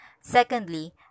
Secondly